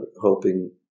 hoping